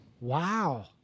Wow